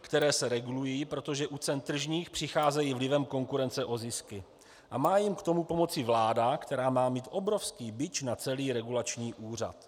které se regulují, protože u cen tržních přicházejí vlivem konkurence o zisky, a má jim k tomu pomoci vláda, která má mít obrovský bič na celý regulační úřad.